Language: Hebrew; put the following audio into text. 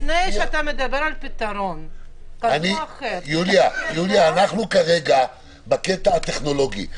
לפני שאתה מדבר על פתרון --- אנחנו כרגע בקטע הטכנולוגי.